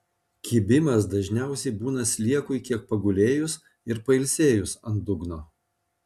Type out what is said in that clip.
kibimas dažniausiai būna sliekui kiek pagulėjus ir pailsėjus ant dugno